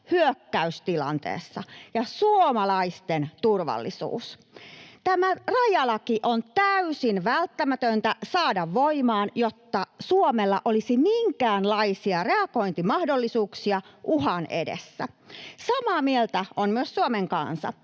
hyökkäystilanteessa ja suomalaisten turvallisuus. Tämä rajalaki on täysin välttämätöntä saada voimaan, jotta Suomella olisi minkäänlaisia reagointimahdollisuuksia uhan edessä. Samaa mieltä on myös Suomen kansa: